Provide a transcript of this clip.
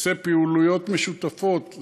תעשה פעילויות משותפות.